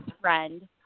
friend